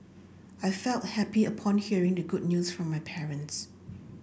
I felt happy upon hearing the good news from my parents